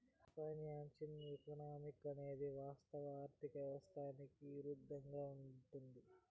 financial economics అనేది వాస్తవ ఆర్థిక వ్యవస్థకి ఇరుద్దంగా ఉంటది